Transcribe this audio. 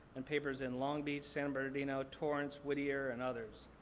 and papers in long beach, san bernardino, torrance, whittier, and others.